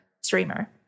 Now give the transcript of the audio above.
streamer